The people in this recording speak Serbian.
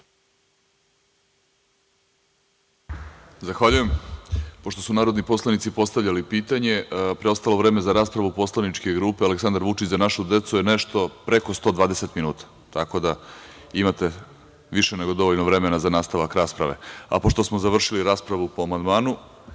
Zahvaljujem. Pošto su narodni poslanici postavljali pitanja, preostalo vreme za raspravu poslaničke grupe „Aleksandar Vučić – Za našu decu“ je nešto preko 120 minuta, tako da imate više nego dovoljno vremena za nastavak rasprave. Pošto smo završili raspravu po amandmanu,